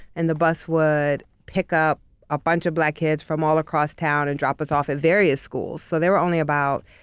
and the bus would pick up a bunch of black kids from all across town and drop us off at various schools. so there were only about,